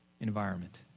environment